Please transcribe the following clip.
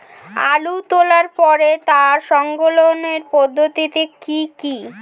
আলু তোলার পরে তার সংরক্ষণের পদ্ধতি কি কি?